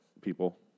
people